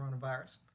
coronavirus